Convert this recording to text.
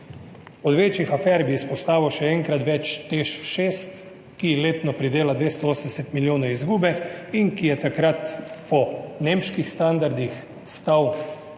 Od večjih afer bi izpostavil še enkrat več TEŠ 6, ki letno pridela 280 milijonov izgube in ki je takrat po nemških standardih stal 600